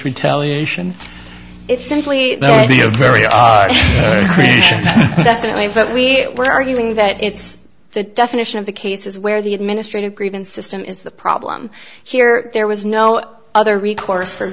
retaliation it's simply not there very definitely but we were arguing that it's the definition of the cases where the administrative grievance system is the problem here there was no other recourse for